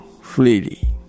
freely